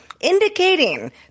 indicating